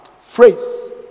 phrase